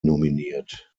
nominiert